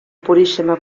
puríssima